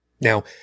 Now